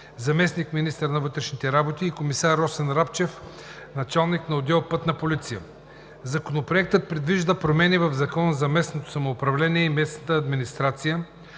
заместник-министър на вътрешните работи, и комисар Росен Рапчев – началник на отдел „Пътна полиция“. Законопроектът предвижда промени в Закона за местното самоуправление и местната администрация,